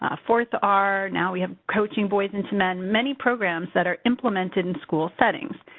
ah fourth r, now we have coaching boys into men many programs that are implemented in school settings.